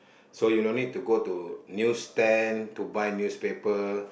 so you no need to go to news stand to buy newspaper